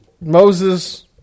Moses